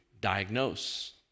diagnose